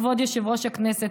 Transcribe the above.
כבוד יושב-ראש הכנסת,